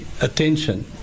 attention